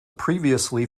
previously